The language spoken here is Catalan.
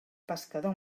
pescador